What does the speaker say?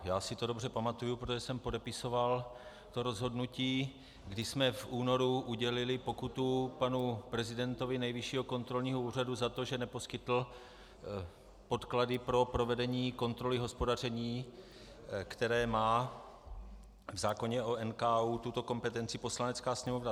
Já si to dobře pamatuji, protože jsem podepisoval rozhodnutí, kdy jsme v únoru udělili pokutu panu prezidentovi Nejvyššího kontrolního úřadu za to, že neposkytl podklady pro provedení kontroly hospodaření, kde má v zákoně o NKÚ tuto kompetenci Poslanecká sněmovna.